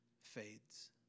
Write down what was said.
fades